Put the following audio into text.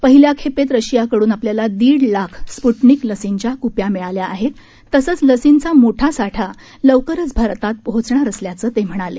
पहिल्या खेपेत रशियाकडुन आपल्याला दीड लाख स्पूटनिक लसींच्या कुप्या मिळाल्या आहेत तसंच लसींचा मोठा साठा लवकरच भारतात पोहोचणार असल्याचं ते म्हणाले